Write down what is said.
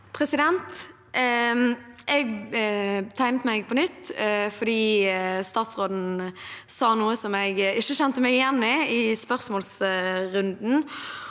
Jeg tegnet meg på nytt, for statsråden sa noe som jeg ikke kjente meg igjen i i spørsmålsrunden,